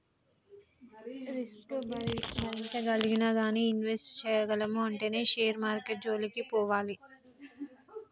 risk భరించగలిగినా గానీ invest చేయగలము అంటేనే షేర్ మార్కెట్టు జోలికి పోవాలి